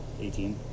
18